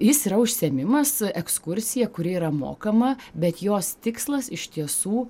jis yra užsiėmimas ekskursija kuri yra mokama bet jos tikslas iš tiesų